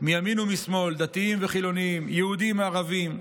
מימין ומשמאל, דתיים וחילונים, יהודים וערבים,